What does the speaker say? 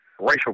racial